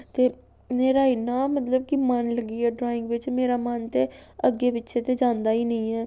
ते मेरा इन्ना मतलब कि मन लग्गी गेआ ड्राइंग बिच्च मेरा मन ते अग्गें पिच्छें ते जांदा गै निं ऐ